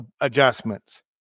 adjustments